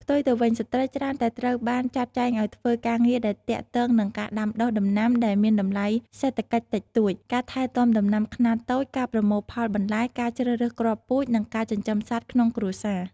ផ្ទុយទៅវិញ ស្ត្រីច្រើនតែត្រូវបានចាត់ចែងឲ្យធ្វើការងារដែលទាក់ទងនឹងការដាំដុះដំណាំដែលមានតម្លៃសេដ្ឋកិច្ចតិចតួច ការថែទាំដំណាំខ្នាតតូច ការប្រមូលផលបន្លែ ការជ្រើសរើសគ្រាប់ពូជ និងការចិញ្ចឹមសត្វក្នុងគ្រួសារ។